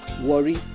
Worry